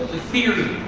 theory.